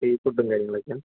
see ഫുഡും കാര്യങ്ങളൊക്കെയാ